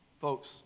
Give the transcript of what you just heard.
Folks